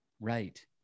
Right